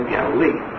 Galilee